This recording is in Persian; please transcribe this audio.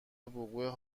وقوع